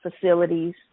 facilities